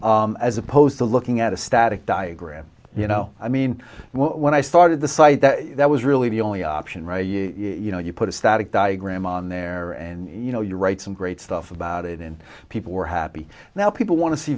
video as opposed to looking at a static diagram you know i mean when i started the site that that was really the only option right you know you put a static diagram on there and you know you write some great stuff about it and people were happy now people want to see